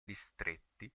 distretti